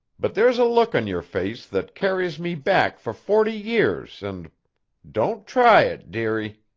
but there's a look on your face that carries me back for forty years, and don't try it, dearie.